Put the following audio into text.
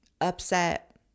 upset